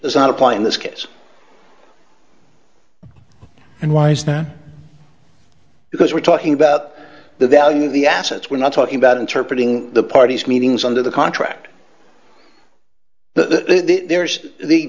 does not apply in this case and why's that because we're talking about the value of the assets we're not talking about interpret ing the parties meetings under the contract that there's the